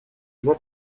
его